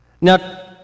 Now